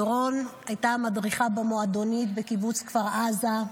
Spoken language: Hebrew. דורון הייתה מדריכה במועדונית בקיבוץ כפר עזה.